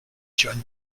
join